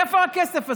איפה הכסף הזה?